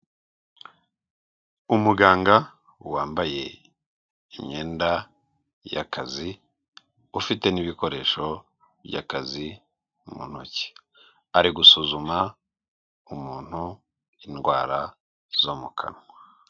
Umuganga wambaye imyenda y'akazi, ufite n'ibikoresho by'akazi mu ntoki, ari gusuzuma umuntu indwara zo mu kanwa.